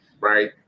right